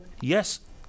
yes